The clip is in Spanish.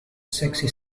sexy